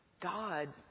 God